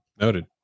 Noted